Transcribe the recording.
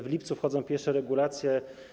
W lipcu wchodzą pierwsze regulacje.